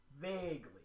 Vaguely